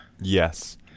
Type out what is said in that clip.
Yes